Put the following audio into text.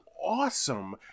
awesome